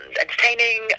entertaining